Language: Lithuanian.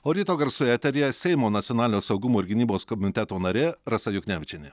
o ryto garsų eteryje seimo nacionalinio saugumo ir gynybos komiteto narė rasa juknevičienė